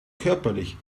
körperlich